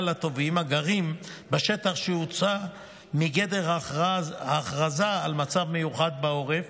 על התובעים הגרים בשטח שהוצא מגדר ההכרזה על מצב מיוחד בעורף,